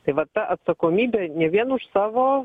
tai va ta atsakomybė ne vien už savo